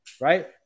Right